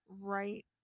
right